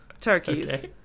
turkeys